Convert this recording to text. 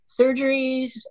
surgeries